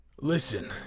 listen